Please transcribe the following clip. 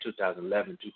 2011